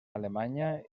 alemanya